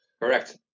Correct